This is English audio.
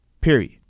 Period